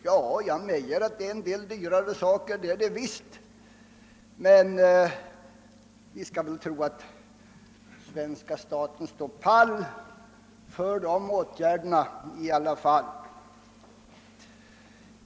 Ja, jag medger att det är en del dyrare saker, men vi skall väl tro att svenska staten ändå står pall för de åtgärderna.